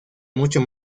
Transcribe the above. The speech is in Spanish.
mucho